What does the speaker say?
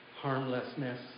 harmlessness